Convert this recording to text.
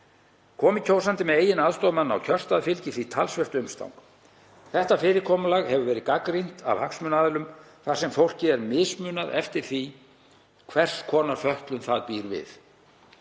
Komi kjósandi með eigin aðstoðarmann á kjörstað fylgir því talsvert umstang. Þetta fyrirkomulag hefur verið gagnrýnt af hagsmunaaðilum þar sem fólki er mismunað eftir því hvers konar fötlun það býr við.